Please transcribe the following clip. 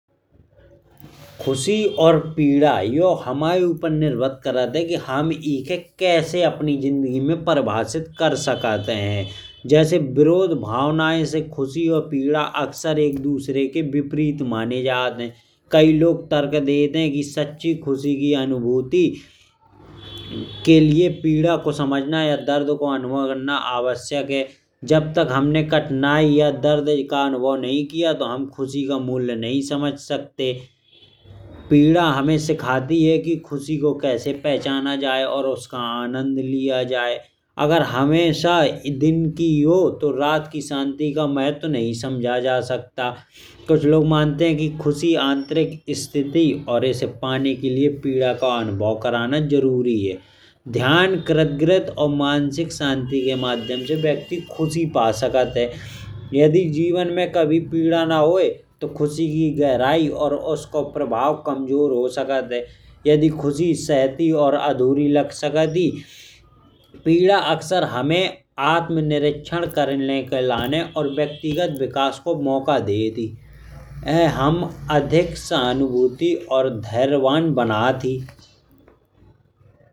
ख़ुशी और पीड़ा यो हमाए ऊपर निर्भर करता है। कि हम एकहे कैसे अपनी जिंदगी में कैसे परिभाषित कर सकत हैं। जैसे विरोध भावना जैसे ख़ुशी और पीड़ा अक्सर एक दूसरे के विपरीत माने जात हैं। कई लोग तर्क देते हैं कि सच्ची ख़ुशी की अनुभूति के लिए पीड़ा। और दर्द का अनुभव करना आवश्यक है। जब तक हमनें दर्द और कठिनाई का अनुभव नहीं किया। तब तक हम ख़ुशी का मूल्य नहीं समझ सकते। पीड़ा हमें सिखाती है कि ख़ुशी को कैसे पहचाना जाए। और उसका आनंद लिया जाए अगर हमेशा दिन की हो तो रात की शांति का महत्व नहीं समझा जा सकता। कुछ लोग मानते हैं कि ख़ुशी आंतरिक स्थिति है और इसे पाने के लिए पीड़ा का अनुभव कराना ज़रूरी है। ध्यान कृतज्ञता और मानसिक ख़ुशी के माध्यम से व्यक्ति ख़ुशी पा सकता है। यदि जीवन में कभी पीड़ा न हो तो ख़ुशी की गहराई और उसको प्रभाव कमजोर हो सकता है। यदि ख़ुशी सतही और अधूरी लग सकती है। पीड़ा हमेशा हमें आत्मनिरीक्षण के लिए लाने और व्यक्तिगत विकास को मौका देती है। यह हमें अधिक सहानुभूति और धैर्य बनाती है।